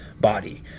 body